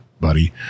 buddy